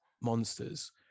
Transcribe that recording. monsters